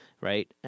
right